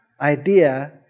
idea